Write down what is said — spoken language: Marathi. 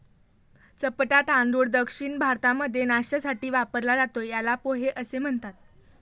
चपटा तांदूळ दक्षिण भारतामध्ये नाष्ट्यासाठी वापरला जातो, याला पोहे असं म्हणतात